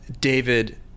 David